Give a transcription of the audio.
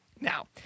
Now